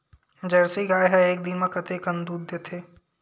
Jersey गाय ह एक दिन म कतेकन दूध देथे?